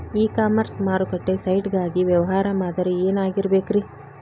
E commerce ಮಾರುಕಟ್ಟೆ site ಗಾಗಿ ವ್ಯವಹಾರ ಮಾದರಿ ಏನಾಗಿರಬೇಕ್ರಿ?